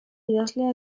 idazlea